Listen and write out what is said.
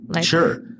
Sure